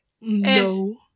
No